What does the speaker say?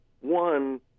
One